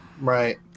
Right